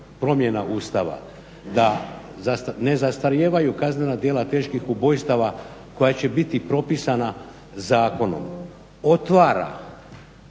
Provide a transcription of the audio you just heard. promjena Ustava da ne zastarijevaju kaznena djela teških ubojstava koja će biti propisana zakonom otvara